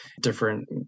different